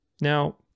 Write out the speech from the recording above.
Now